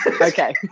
Okay